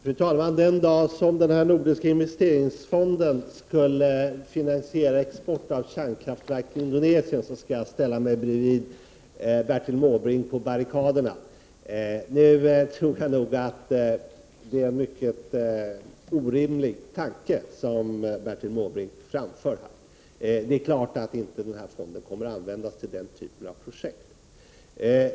Fru talman! Den dag som den nordiska investeringsfonden finansierar export av kärnkraftverk till Indonesien skall jag ställa mig bredvid Bertil Måbrink på barrikaderna. Jag tror nog att det är en orimlig tanke som Bertil Måbrink framför. Det är klart att inte fonden kommer att användas till den typen av projekt.